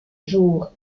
jour